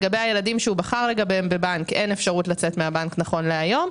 לגבי הילדים שהוא בחר לגביהם בבנק אין אפשרות לצאת מהבנק נכון להיום.